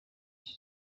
live